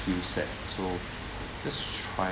feel sad so just try